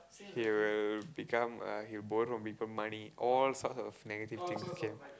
he will become uh he will borrow people money all sorts of negative things okay